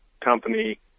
company